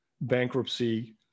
bankruptcy